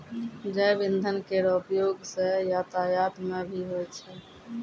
जैव इंधन केरो उपयोग सँ यातायात म भी होय छै